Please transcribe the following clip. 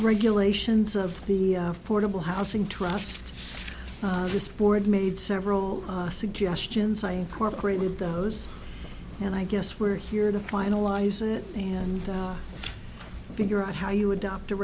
regulations of the affordable housing trust this board made several suggestions i incorporated those and i guess we're here to finalize it and figure out how you adopt a